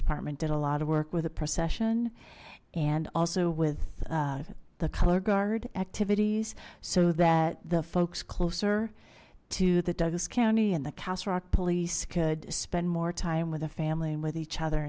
department did a lot of work with a procession and also with the color guard activities so that the folks closer to the douglas county and the castle rock police could spend more time with a family and with each other